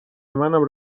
منم